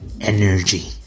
energy